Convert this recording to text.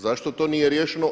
Zašto to nije riješeno?